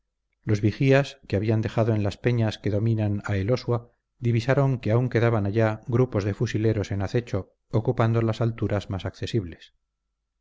los vigías que habían dejado en las peñas que dominan a elosua avisaron que aún quedaban allá grupos de fusileros en acecho ocupando las alturas más accesibles